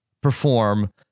perform